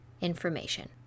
information